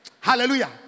Hallelujah